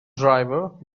driver